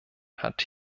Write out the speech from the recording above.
hat